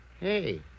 Hey